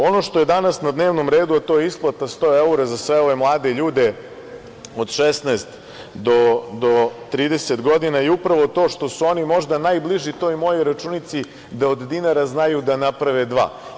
Ono što je danas na dnevnom redu, a to je isplata 100 evra za sve ove mlade ljude od 16 do 30 godina je upravo to što su oni možda najbliži toj mojoj računici da od dinara znaju da naprave dva.